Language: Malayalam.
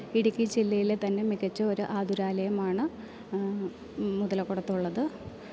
ഇടുക്കി ജില്ലയിലെ തന്നെ മികച്ച ഒരു ആതുരാലയമാണ് മുതലകൊടത്തുള്ളത്